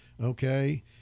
okay